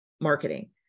marketing